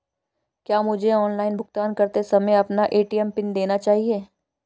क्या मुझे ऑनलाइन भुगतान करते समय अपना ए.टी.एम पिन देना चाहिए?